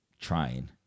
trying